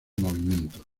movimiento